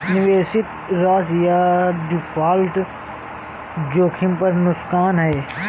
निवेशित राशि या डिफ़ॉल्ट जोखिम पर नुकसान है